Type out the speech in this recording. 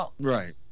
Right